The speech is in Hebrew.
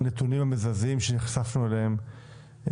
הנתונים המזעזעים אליהם נחשפנו לאחרונה.